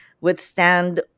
withstand